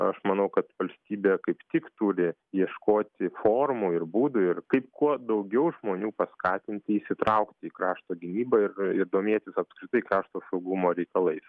aš manau kad valstybė kaip tik turi ieškoti formų ir būdų ir kaip kuo daugiau žmonių paskatinti įsitraukti krašto gynybą ir ir domėtis apskritai krašto saugumo reikalais